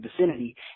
vicinity